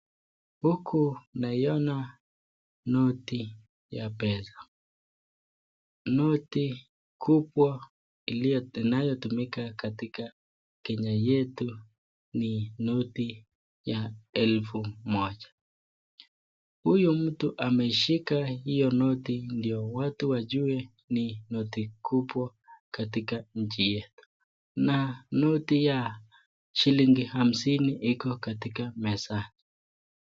Huku naiona noti ya pesa. Noti kubwa inayotumika Kenya yetu ni noti ya elfu moja. Huyo mtu ameshika hiyo noti ndio watu wajue ni noti kubwa katika nchi yetu. Na noti ya shilingi hamsini iko katika mezani.